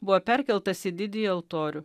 buvo perkeltas į didįjį altorių